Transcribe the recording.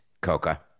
Coca